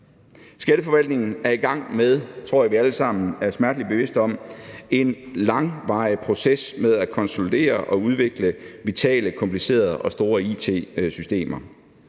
Skatteforvaltningen er i gang med, og det tror jeg vi alle sammen er smerteligt bevidste om, en langvarig proces med at konsolidere og udvikle vitale, komplicerede og store it-systemer.